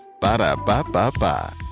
Ba-da-ba-ba-ba